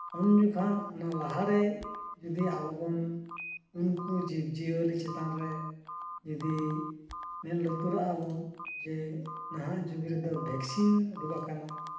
ᱩᱱ ᱡᱚᱠᱷᱟᱱ ᱚᱱᱟ ᱞᱟᱦᱟ ᱨᱮ ᱡᱩᱫᱤ ᱟᱵᱚ ᱵᱚᱱ ᱩᱱᱠᱩ ᱡᱤᱵᱽᱼᱡᱤᱭᱟᱹᱞᱤ ᱪᱮᱛᱟᱱ ᱨᱮ ᱡᱩᱫᱤ ᱢᱮᱸᱫ ᱞᱩᱛᱩᱨᱟᱜᱼᱟ ᱵᱚᱱ ᱡᱮ ᱱᱟᱦᱟᱜ ᱡᱩᱜᱽ ᱨᱮᱫᱚ ᱵᱷᱮᱠᱥᱤᱱ ᱩᱰᱩᱜᱟᱠᱟᱱᱟ